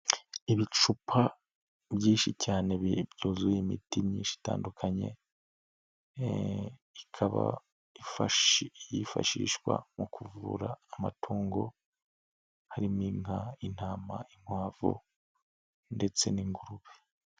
Ibicupa byinshi cyane byuzuye imiti myinshi itandukanye ikaba yifashishwa mu kuvura amatungo harimo inka, intama, inkwavu ndetse n'ingurube.